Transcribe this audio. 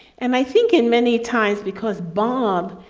and i think in many times because bob,